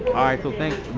i so think.